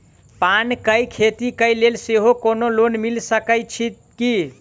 पान केँ खेती केँ लेल सेहो कोनो लोन मिल सकै छी की?